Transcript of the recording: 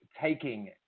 taking